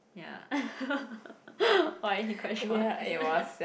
ya why he quite short